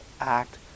act